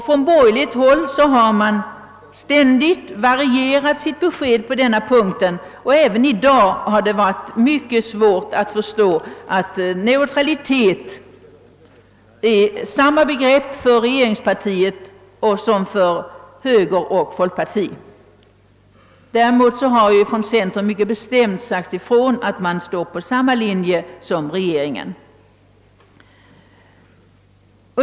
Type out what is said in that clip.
Från borgerligt håll har man ständigt varierat sitt besked på denna punkt, och även i dag har det varit mycket svårt att förstå att neutraliteten är samma begrepp för regeringspartiet som för högern och folkpartiet. Däremot har man från centern mycket bestämt sagt ifrån att man är på samma linje som regeringen.